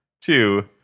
Two